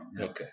Okay